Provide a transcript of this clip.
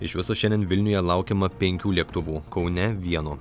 iš viso šiandien vilniuje laukiama penkių lėktuvų kaune vieno